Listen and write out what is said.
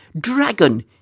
Dragon